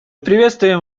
приветствуем